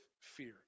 fear